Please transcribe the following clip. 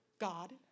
God